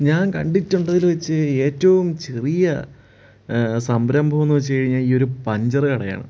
ഞാൻ കണ്ടിട്ടുള്ളതിൽ വെച്ച് ഏറ്റും ചെറിയ സംരംഭമെന്ന് വെച്ച് കഴിഞ്ഞാൽ ഈ ഒരു പഞ്ചർ കടയാണ്